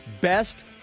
best